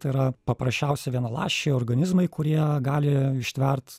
tai yra paprasčiausia vienaląsčiai organizmai kurie gali ištvert